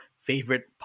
favorite